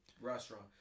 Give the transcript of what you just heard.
Restaurant